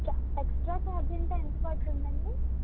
extra charge అంటే ఎంత పడుతుంది అండి